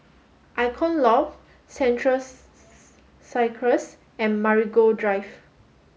Icon Loft Central Circus and Marigold Drive